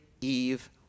Eve